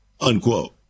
unquote